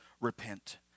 repent